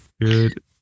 Good